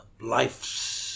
life's